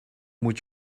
moet